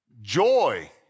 Joy